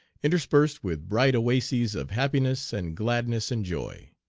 interspersed with bright oases of happiness and gladness and joy,